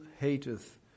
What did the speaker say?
hateth